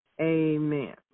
amen